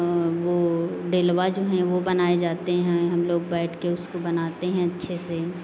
वो डेलवा जो हैं वो बनाए जाते हैं हम लोग बैठ के उसको बनाते हैं अच्छे से